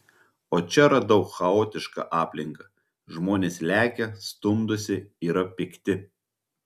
o čia radau chaotišką aplinką žmonės lekia stumdosi yra pikti